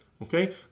Okay